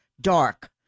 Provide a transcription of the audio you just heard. dark